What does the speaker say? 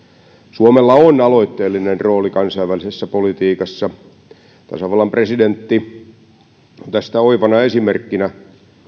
suomella on aloitteellinen rooli kansainvälisessä politiikassa tasavallan presidentti on tästä oivana esimerkkinä